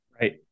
right